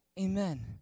Amen